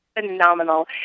phenomenal